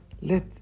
Let